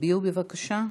תצביעו בבקשה.